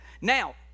Now